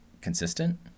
consistent